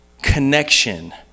connection